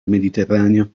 mediterraneo